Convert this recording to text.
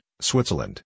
Switzerland